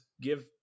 give